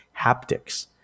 haptics